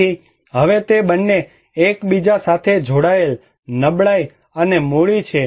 તેથી હવે તે બંને એકબીજા સાથે જોડાયેલા નબળાઈ અને મૂડી છે